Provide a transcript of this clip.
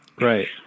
right